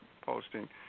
posting